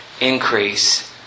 increase